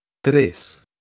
Tres